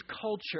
culture